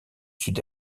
sud